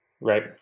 Right